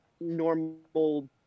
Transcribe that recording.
normal